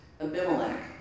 Abimelech